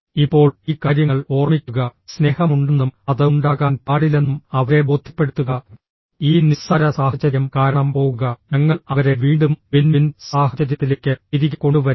ഇപ്പോൾ ഈ കാര്യങ്ങൾ ഓർമ്മിക്കുക സ്നേഹം ഉണ്ടെന്നും അത് ഉണ്ടാകാൻ പാടില്ലെന്നും അവരെ ബോധ്യപ്പെടുത്തുക ഈ നിസ്സാര സാഹചര്യം കാരണം പോകുക ഞങ്ങൾ അവരെ വീണ്ടും വിൻ വിൻ സാഹചര്യത്തിലേക്ക് തിരികെ കൊണ്ടുവരും